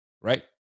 right